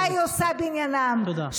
תודה,